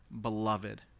beloved